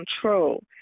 control